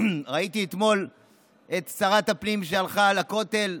ראיתי ששרת הפנים הלכה אתמול לכותל.